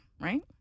right